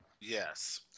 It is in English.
Yes